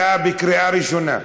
אורן, אתה בקריאה ראשונה,